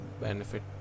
benefit